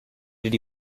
did